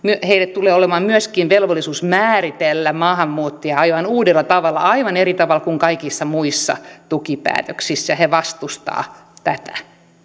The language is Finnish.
heillä tulee olemaan myöskin velvollisuus määritellä maahanmuuttaja aivan uudella tavalla aivan eri tavalla kuin kaikissa muissa tukipäätöksissä he vastustavat tätä